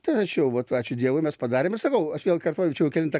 tačiau vot ačiū dievui mes padarėm ir sakau aš vėl kartoju čia jau kelintą